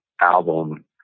album